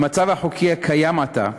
במצב החוקי הקיים עתה,